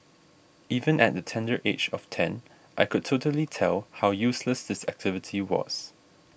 even at the tender age of ten I could totally tell how useless this activity was